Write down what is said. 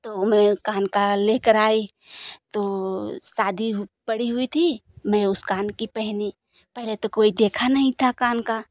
तो मैं कान का लेकर आई तो शादी पड़ी हुई थी तो मैं उस कान की पहनी पहले तो कोई देखा नही था कान का